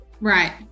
Right